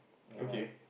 okay